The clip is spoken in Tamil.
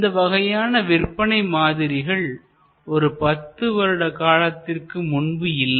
இந்த வகையான விற்பனை மாதிரிகள் ஒரு பத்து வருட காலத்திற்கு முன்பு இல்லை